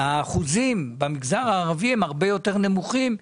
שהאחוזים במגזר הערבי הרבה יותר נמוכים.